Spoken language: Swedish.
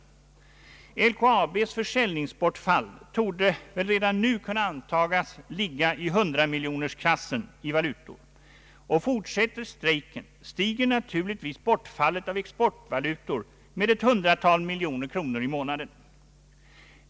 LKAB:s försäljningsbortfall torde redan nu kunna an Statsverkspropositionen m.m. tas ligga i hundramiljonersklassen i valutor, och fortsätter strejken stiger naturligtvis bortfallet av exportvalutor med ett hundratal miljoner kronor i månaden.